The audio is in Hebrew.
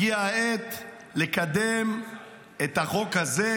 הגיעה העת לקדם את החוק הזה,